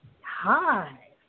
Hi